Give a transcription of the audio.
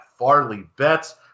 FarleyBets